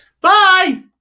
Bye